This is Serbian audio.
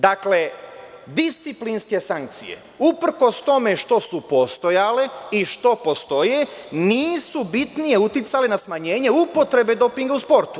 Dakle, disciplinske sankcije, uprkos tome što su postojale i što postoje, nisu bitnije uticale na smanjenje upotrebe dopinga u sportu.